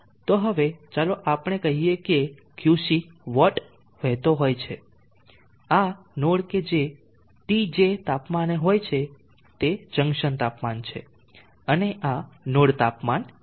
તો હવે ચાલો આપણે કહીએ કે QC વોટ વહેતો હોય છે આ નોડ કે જે TJ તાપમાને હોય છે તે જંકશન તાપમાન છે અને આ નોડ તાપમાન TA